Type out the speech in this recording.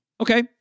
Okay